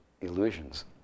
illusions